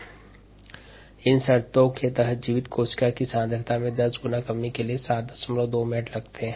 D2303kd 2303537 ×10 3 s 14289 s72 min इसलिए इन शर्तों के तहत जीवित कोशिका सांद्रता में 10 गुणा कमी के लिए 72 मिनट्स लगते हैं